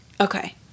Okay